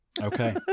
Okay